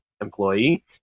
employee